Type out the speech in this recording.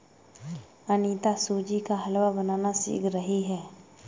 अनीता सूजी का हलवा बनाना सीख रही है